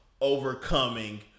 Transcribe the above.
overcoming